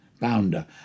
bounder